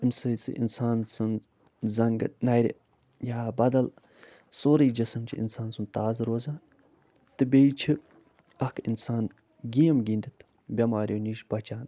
اَمہِ سۭتۍ چھِ اِنسان سٕنٛز زنٛگہٕ نَرِ یا بدل سورٕے جِسٕم چھِ اِنسان سُنٛد تازٕ روزان تہٕ بیٚیہِ چھِ اَکھ اِنسان گیم گِنٛدِتھ بٮ۪ماریو نِش بچان